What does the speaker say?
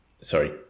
Sorry